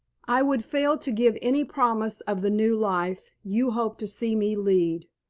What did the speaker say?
i would fail to give any promise of the new life you hope to see me lead,